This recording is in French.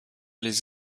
les